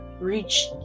reach